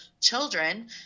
children